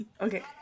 Okay